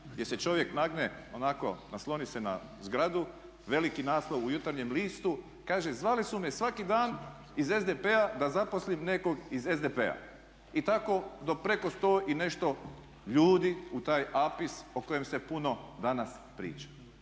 gdje se čovjek nagne, onako nasloni se na zgradu i veliki naslov u Jutarnjem listu, kaže zvali su me svaki dan iz SDP-a da zaposlim nekog iz SDP-a. I tako do preko 100 i nešto ljudi u taj APIS o kojem se puno danas priča.